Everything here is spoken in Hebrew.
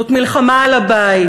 זאת מלחמה על הבית,